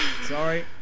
Sorry